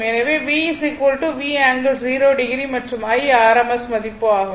எனவே V V ∠0o மற்றும் I rms மதிப்பு ஆகும்